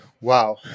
Wow